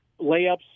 layups